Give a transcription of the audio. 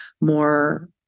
more